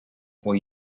were